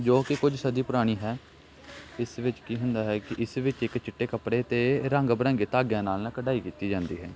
ਜੋ ਕਿ ਕੁਝ ਸਦੀ ਪੁਰਾਣੀ ਹੈ ਇਸ ਵਿੱਚ ਕੀ ਹੁੰਦਾ ਹੈ ਕਿ ਇਸ ਵਿੱਚ ਇੱਕ ਚਿੱਟੇ ਕੱਪੜੇ 'ਤੇ ਰੰਗ ਬਿਰੰਗੇ ਧਾਗਿਆਂ ਨਾਲ ਨਾ ਕਢਾਈ ਕੀਤੀ ਜਾਂਦੀ ਹੈ